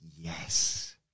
yes